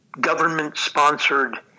Government-sponsored